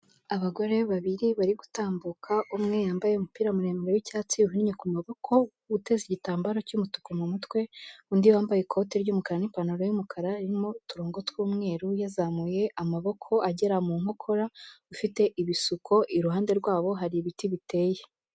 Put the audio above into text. Abagore babiri bari gutambuka, umwe yambaye umupira muremure w'icyatsi, uhininnye ku maboko, uteze igitambaro cy'umutuku mu mutwe, undi wambaye ikote ry'umukara n'ipantaro y'umukara irimo uturongo tw'umweru, yazamuye amaboko agera mu nkokora, ufite ibisuko, iruhande rwabo hari ibiti biteye.